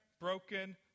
broken